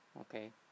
okay